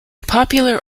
popular